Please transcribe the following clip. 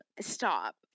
stop